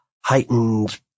heightened